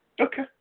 Okay